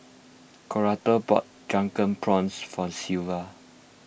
Coretta bought Drunken Prawns for Silvia